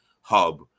hub